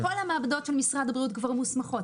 כל המעבדות של משרד הבריאות כבר מוסמכות.